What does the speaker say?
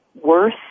worse